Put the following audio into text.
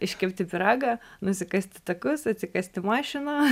iškepti pyragą nusikasti takus atsikasti mašiną